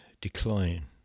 decline